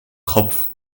kopf